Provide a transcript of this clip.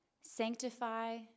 sanctify